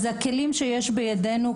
אז הכלים שיש בידנו,